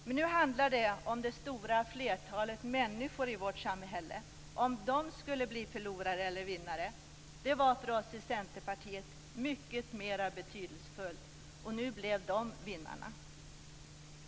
Men nu handlade det om huruvida det stora flertalet människor i vårt samhälle skulle bli förlorare eller vinnare. Det var för oss i Centerpartiet mycket mer betydelsefullt. Nu blev de vinnarna.